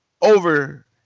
over